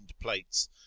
plates